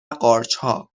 قارچها